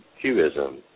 Cubism